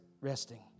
resting